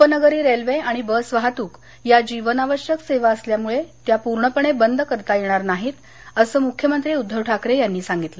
उपनगरी रेल्वे आणि बस वाहतूक या जीवनावश्यक सेवा असल्यामूळं त्या पूर्णपणे बंद करता येणार नाहीत असं मुख्यमंत्री उद्दव ठाकरे यांनी सांगितलं